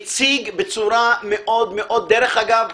הציג בצורה מאוד - אגב,